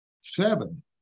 seven